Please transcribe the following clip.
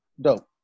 Dope